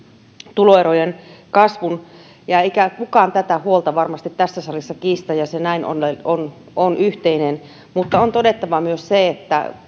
tuloerojen kasvun eikä kukaan tätä huolta varmasti tässä salissa kiistä ja se näin ollen on on yhteinen mutta on todettava se että